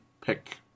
pick